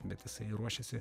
bet jisai ruošėsi